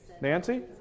Nancy